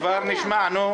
זה כבר נשמע, נו.